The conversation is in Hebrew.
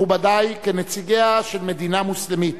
מכובדי, כנציגיה של מדינה מוסלמית